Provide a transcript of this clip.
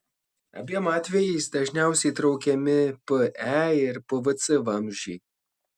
abiem atvejais dažniausiai traukiami pe ir pvc vamzdžiai